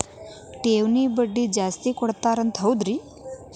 ಠೇವಣಿಗ ಬಡ್ಡಿ ಜಾಸ್ತಿ ಕೊಡ್ತಾರಂತ ಹೌದ್ರಿ?